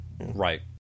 Right